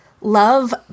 love